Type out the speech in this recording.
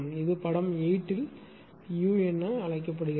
இது படம் 8 இல் u என அழைக்கப்படுகிறது